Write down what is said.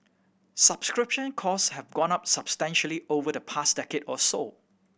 subscription cost have gone up substantially over the past decade or so